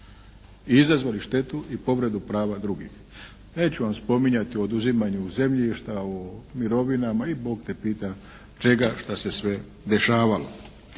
i izazvali štetu i povredu prava drugih. Neću vam spominjati o oduzimanju zemljišta, o mirovinama i bog te pita čega šta se sve dešavalo.